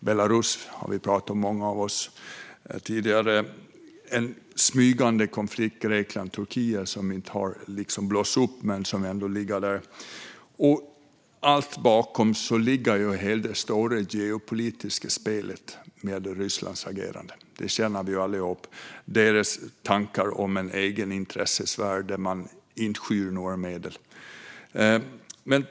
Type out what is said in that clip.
Belarus har många av oss pratat om tidigare. En smygande konflikt mellan Grekland och Turkiet som inte har blossat upp men som ändå ligger där. Bakom allt detta ligger det stora geopolitiska spelet med Rysslands agerande. Vi känner alla till Rysslands tankar om en egen intressesfär där man inte skyr några medel.